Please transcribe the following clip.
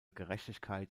gerechtigkeit